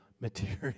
material